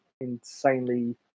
insanely